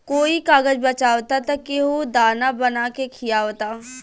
कोई कागज बचावता त केहू दाना बना के खिआवता